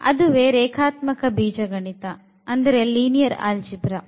ಅದುವೇ ರೇಖಾತ್ಮಕ ಬೀಜಗಣಿತ ಲೀನಿಯರ್ ಆಲ್ಜೀಬ್ರಾ linear algebra